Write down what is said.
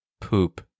poop